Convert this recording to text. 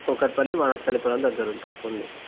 కూకట్పల్లి వనస్థలిపురం దగ్గర ఉంది తక్కువ ఉంది